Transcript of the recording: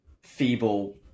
feeble